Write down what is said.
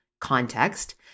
context